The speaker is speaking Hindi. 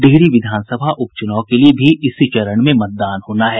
डिहरी विधानसभा उप चुनाव के लिये भी इसी चरण में मतदान होना है